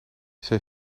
zij